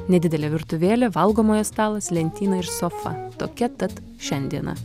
nedidelė virtuvėlė valgomojo stalas lentyna ir sofa tokia tad šiandiena